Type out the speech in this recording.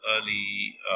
early